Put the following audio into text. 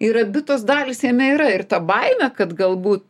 ir abi tos dalys jame yra ir ta baimė kad galbūt